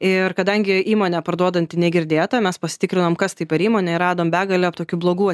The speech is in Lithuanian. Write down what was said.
ir kadangi įmonė parduodanti negirdėta mes pasitikrinom kas tai per įmonė ir radom begalę tokių blogų